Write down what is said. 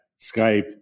Skype